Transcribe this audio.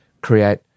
create